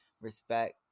respect